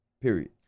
Period